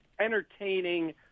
entertaining